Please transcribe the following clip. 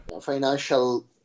financial